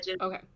Okay